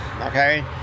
okay